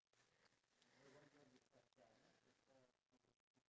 we need to change money remember